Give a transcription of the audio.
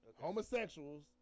Homosexuals